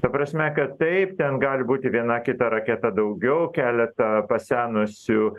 ta prasme kad taip ten gali būti viena kita raketa daugiau keleta pasenusių